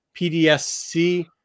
PDSC